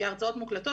כי ההרצאות מוקלטות,